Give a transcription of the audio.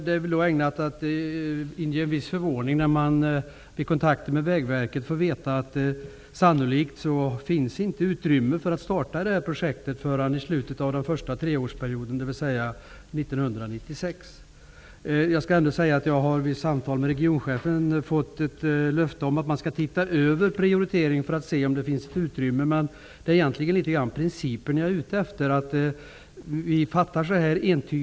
Det inger en viss förvåning att i kontakter med Vägverket få veta att det sannolikt inte finns utrymme för att starta projektet förrän i slutet av den första treårsperioden, dvs. 1996. Jag har vid samtal med regionchefen fått ett löfte om att man skall titta över prioriteringen för att se om det finns utrymme för projektet. Jag är egentligen ute efter att tala om principen.